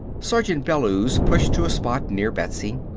sergeant bellews pushed to a spot near betsy.